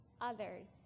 others